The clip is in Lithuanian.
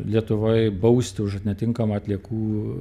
lietuvoj bausti už netinkamą atliekų